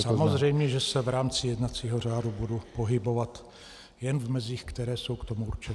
Samozřejmě že se v rámci jednacího řádu budu pohybovat jen v mezích, které jsou k tomu určené.